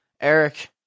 Eric